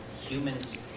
humans